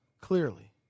clearly